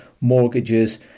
mortgages